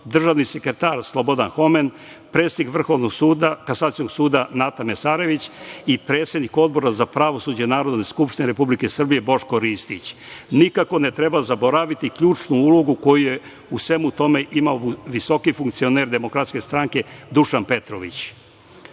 državni sekretar Slobodan Homen, predsednik Vrhovnog kasacionog suda Nata Mesarović i predsednik Odbora za pravosuđe Narodne skupštine Republike Srbije Boško Ristić. Nikako ne treba zaboraviti ključnu ulogu koju je u svemu tome imao visoki funkcioner DS Dušan Petrović.